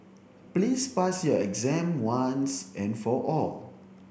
please pass your exam once and for all